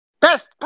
Best